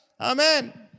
Amen